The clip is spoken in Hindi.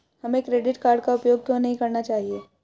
हमें क्रेडिट कार्ड का उपयोग क्यों नहीं करना चाहिए?